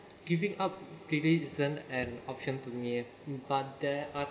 giving up clearly isn't an option to me but there are